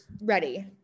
ready